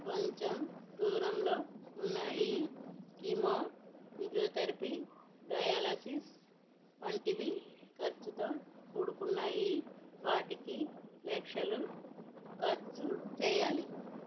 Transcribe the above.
కొంచెం దూరంలో ఉన్నాయి కీమో ఫిజియోథెరపీ డయాలసిస్ వంటివి ఖర్చుతో కూడుకున్నాయి వాటికి లక్షలు ఖర్చు చేయాలి